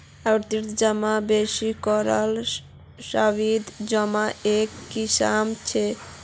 आवर्ती जमा बेसि करे सावधि जमार एक किस्म छ